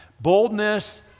Boldness